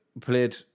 Played